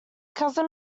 cousin